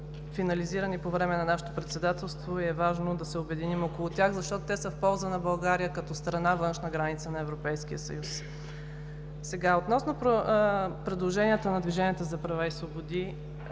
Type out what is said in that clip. финализирани по време на нашето председателство и е важно да се обединим около тях, защото те са в полза на България като страна – външна граница на Европейския съюз. Относно предложенията на „Движението за права и свободи“,